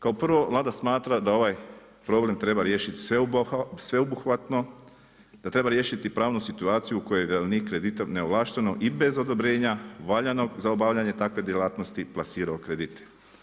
Kao prvo Vlada smatra da ovaj problem treba riješiti sveobuhvatno, da treba riješiti pravnu situaciju u kojoj je vjerovnik, kreditor neovlašteno i bez odobrenja valjanog za obavljanje takve djelatnosti plasirao kredite.